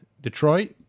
Detroit